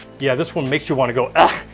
yeah this one makes you wanna go eck.